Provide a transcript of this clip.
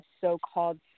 so-called